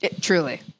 Truly